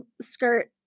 skirt